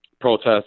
protests